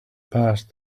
passed